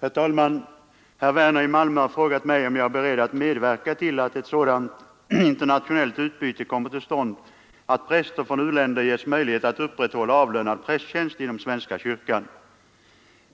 Herr talman! Herr Werner i Malmö har frågat mig om jag är beredd att medverka till att ett sådant internationellt utbyte kommer till stånd att präster från u-länder ges möjlighet att upprätthålla avlönad prästtjänst inom svenska kyrkan.